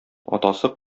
атасы